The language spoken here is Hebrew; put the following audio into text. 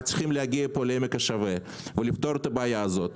אנחנו צריכים להגיע פה לעמק השווה ולפתור את הבעיה הזאת.